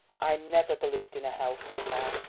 i never believed in a hell till now,